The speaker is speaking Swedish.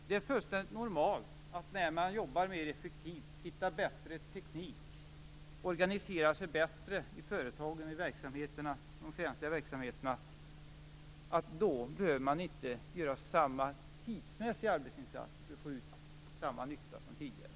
Det är fullständigt normalt, att när man jobbar mer effektivt, hittar bättre teknik, organiserar sig bättre i företagen och i de offentliga verksamheterna behöver man inte göra samma tidsmässiga arbetsinsats för att få ut samma nytta som tidigare.